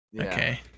Okay